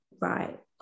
right